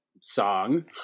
song